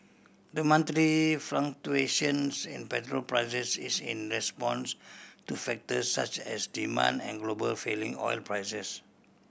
the monthly fluctuations in petrol prices is in response to factors such as demand and global falling oil prices